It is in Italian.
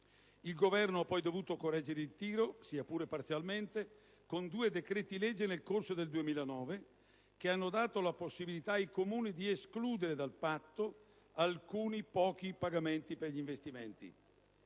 Il Governo ha poi dovuto correggere il tiro, sia pure parzialmente, con due decreti-legge nel corso del 2009, che hanno dato la possibilità ai Comuni di escludere dal Patto alcuni pochi pagamenti per gli investimenti.